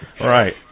Right